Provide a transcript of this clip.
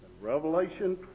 Revelation